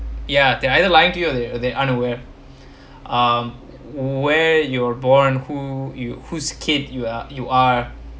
ya they either lying to you or they unaware um where you are born who you whose kid you are you are